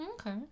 Okay